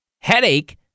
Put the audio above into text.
headache